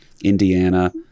Indiana